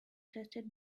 tasted